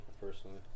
personally